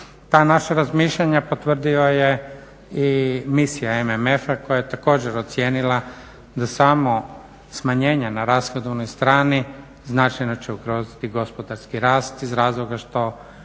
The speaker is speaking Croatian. Ta naša razmišljanja potvrdila je i misija MMF-a koja je također ocijenila da samo smanjenje na rashodovnoj strani značajno će ugroziti gospodarski rast iz razloga što